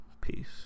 Peace